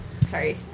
Sorry